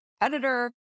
editor